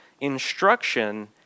instruction